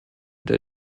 der